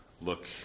look